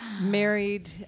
married